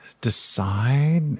decide